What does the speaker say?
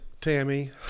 Tammy